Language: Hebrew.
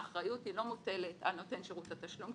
האחריות היא לא מוטלת על נותן שרות התשלום,